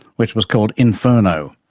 which was called inferno.